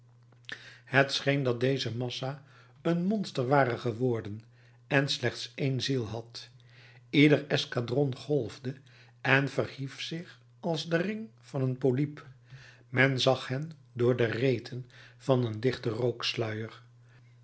het scheen dat deze massa een monster ware geworden en slechts één ziel had ieder escadron golfde en verhief zich als de ring van een polyp men zag hen door de reten van een dichten